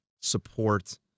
support